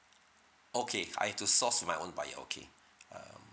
okay I have to source my own buyer okay um